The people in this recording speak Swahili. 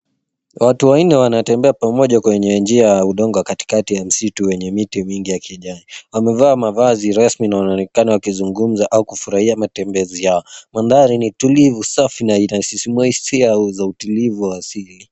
Watu wanne wanatembea pamoja kwenye njia ya udongo katikati ya msitu mwenye miti mingi ya kijani. Wamevaa mavazi rasmi na wanaonekana wakizumgumuza au kufurahia matembezi yao. Mandhari ni tulivu safi na inasisimua hisia ya utulivu wa asili.